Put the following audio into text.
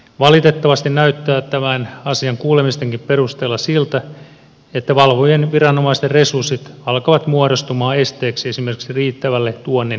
valitettavasti näyttää tämän asian kuulemistenkin perusteella siltä että valvojien viranomaisten resurssit alkavat muodostumaan esteeksi esimerkiksi riittävälle tuonnin valvonnalle